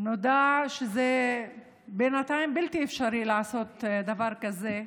נודע שבינתיים בלתי אפשרי לעשות דבר כזה.